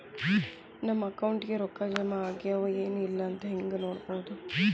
ನಮ್ಮ ಅಕೌಂಟಿಗೆ ರೊಕ್ಕ ಜಮಾ ಆಗ್ಯಾವ ಏನ್ ಇಲ್ಲ ಅಂತ ಹೆಂಗ್ ನೋಡೋದು?